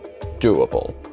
doable